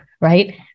right